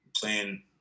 playing